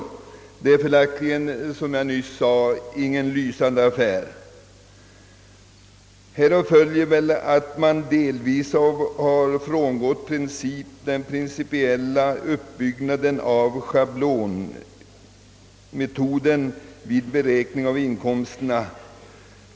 Detta är följaktligen, som jag nyss nämnde, ingen lysande affär. Med anledning härav har man delvis frångått den tidigare principiella uppbyggnaden av sehablonmetoden vid beräkning av inkomsterna.